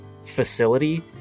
facility